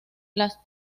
las